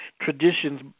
traditions